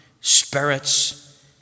spirits